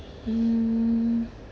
mm